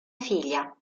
figlia